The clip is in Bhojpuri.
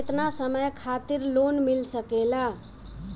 केतना समय खातिर लोन मिल सकेला?